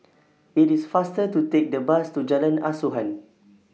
IT IS faster to Take The Bus to Jalan Asuhan